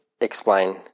explain